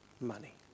money